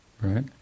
Right